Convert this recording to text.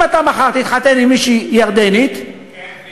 זה